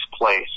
place